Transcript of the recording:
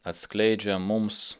atskleidžia mums